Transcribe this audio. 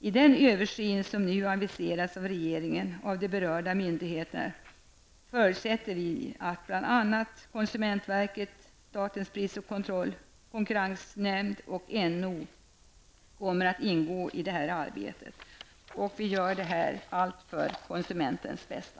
I den översyn som nu aviseras av regeringen i berörda myndigheter förutsätter vi att bl.a. konsumentverket, statens pris och konkurrensverk och näringsfrihetsombudsmannen kommer att ingå i detta arbete. Vi gör allt detta för konsumentens bästa.